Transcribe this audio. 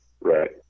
Right